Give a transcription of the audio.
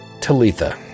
Talitha